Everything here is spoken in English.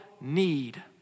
need